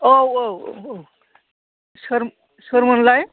औ औ औ औ सोरमोनलाय